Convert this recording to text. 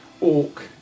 orc